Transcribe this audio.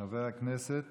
חבר הכנסת